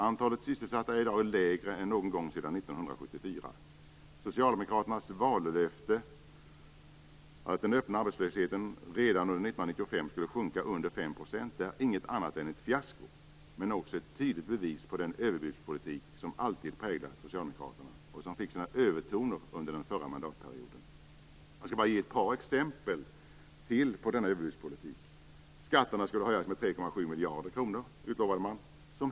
Antalet sysselsatta är i dag lägre än någon gång sedan 5 % är inget annat än ett fiasko, men också ett tydligt bevis på den överbudspolitik som alltid präglat socialdemokraterna och som fick sådana övertoner under den förra mandatperioden. Jag skall ge ett par exempel på den överbudspolitiken. Skatterna skulle höjas med 3,7 miljarder kronor.